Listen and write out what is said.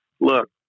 look